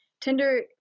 Tinder